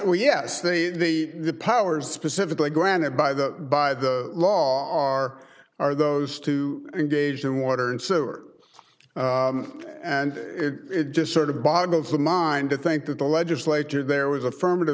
oh yes they the powers specifically granted by the by the law are are those two engaged in water and sewer and it just sort of boggles the mind to think that the legislature there was affirmative